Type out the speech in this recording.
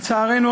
לצערנו,